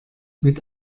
mit